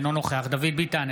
אינו נוכח דוד ביטן,